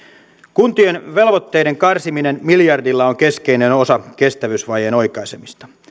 kuntien velvoitteiden karsiminen miljardilla on keskeinen osa kestävyysvajeen oikaisemista